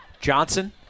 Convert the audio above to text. Johnson